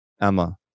Emma